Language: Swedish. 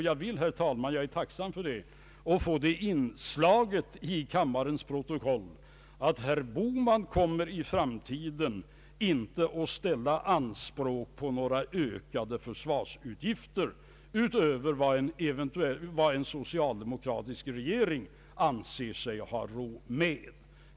Jag vill, herr talman — och jag är tacksam för det — få intaget i kammarens protokoll, att herr Bohman i framtiden inte kommer att ställa anspråk på några ökade försvarsutgifter utöver vad en socialdemokratisk regering anser sig ha råd med.